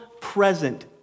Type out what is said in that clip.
present